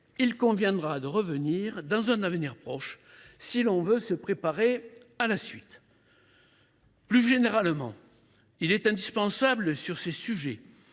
Il conviendra d’y revenir dans un avenir proche, si l’on veut se préparer à la suite. Plus généralement, il est indispensable, sur ces sujets,